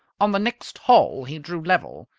on the next hole he drew level.